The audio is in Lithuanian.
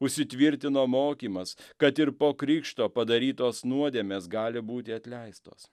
įsitvirtino mokymas kad ir po krikšto padarytos nuodėmės gali būti atleistos